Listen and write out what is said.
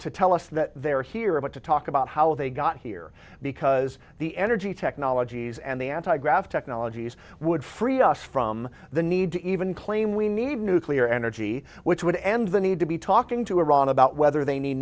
to tell us that they're here but to talk about how they got here because the energy technologies and the anti graft technologies would free us from the need to even claim we need nuclear energy which would end the need to be talking to iran about whether they need